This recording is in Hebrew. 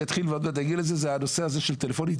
אני אתחיל קודם כל בנושא הזה של הטלפונים.